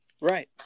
Right